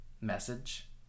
message